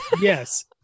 Yes